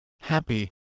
happy